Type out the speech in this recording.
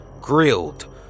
grilled